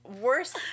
worse